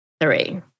three